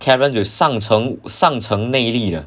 karen 有上层上层内力的